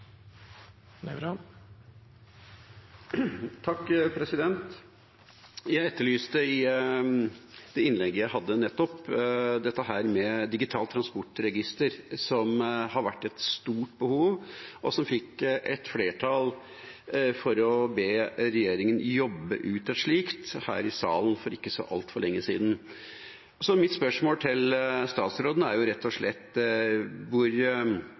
Jeg etterlyste i det innlegget jeg nettopp hadde, dette med digitalt transportregister, som har vært et stort behov, og som vi her i salen for ikke så altfor lenge siden fikk flertall for å be regjeringa jobbe med. Så mitt spørsmål til statsråden er rett og slett: Hvor